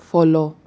follow